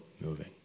moving